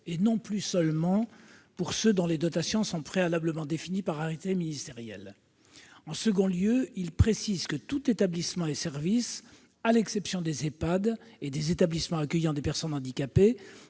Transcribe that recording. et non plus seulement pour ceux dont les dotations sont préalablement définies par arrêté ministériel. En second lieu, il s'agit de préciser que tout établissement et service social et médico-social, à l'exception des EHPAD et des établissements accueillant des personnes handicapées,